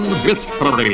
history